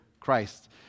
Christ